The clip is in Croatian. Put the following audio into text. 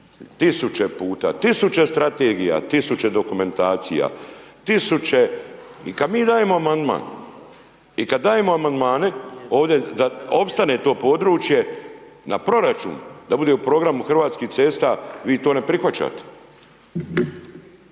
tisuće puta, tisuće strategija, tisuće dokumentacija, tisuće, i kad mi dajemo amandman, i kad dajemo amandmane ovdje da opstane to područje, na proračun, da bude u programu Hrvatskih cesta, vi to ne prihvaćate,